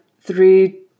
three